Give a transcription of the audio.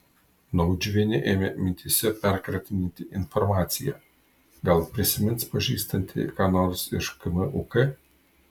naudžiuvienė ėmė mintyse perkratinėti informaciją gal prisimins pažįstanti ką nors iš kmuk